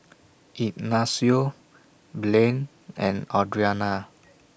Ignacio Blaine and Audrina